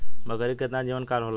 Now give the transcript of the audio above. बकरी के केतना जीवन काल होला?